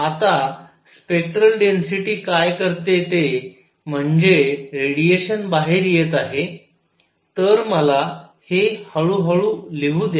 आता spectral density काय करते ते म्हणजे रेडिएशन बाहेर येत आहे तर मला हे हळू हळू लिहू द्या